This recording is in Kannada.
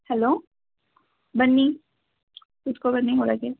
ಹಲೋ ಬನ್ನಿ ಕುತ್ಕೊಳಿ ಬನ್ನಿ ಒಳಗೆ